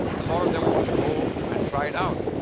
a lot of them want to go and try it out.